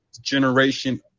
generation